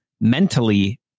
mentally